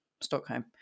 Stockholm